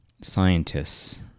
scientists